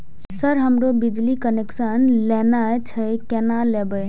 Sir हमरो बिजली connection लेना छे केना लेबे?